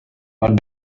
but